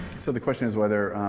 so the question is whether,